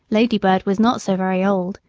ladybird was not so very old,